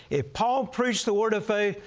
if paul preached the word of faith,